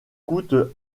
coûte